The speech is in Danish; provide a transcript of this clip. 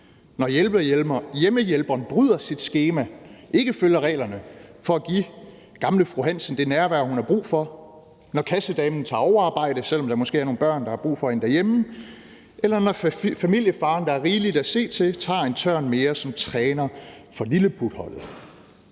når hjemmehjælperen bryder sit skema og ikke følger reglerne for at give gamle fru Hansen det nærvær, hun har brug for, når kassedamen tager overarbejde, selv om der måske er nogle børn, der har brug for hende derhjemme, eller når familiefaren, der har rigeligt at se til, tager en tørn mere som træner for lilleputholdet.